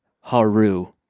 Haru